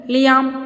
Liam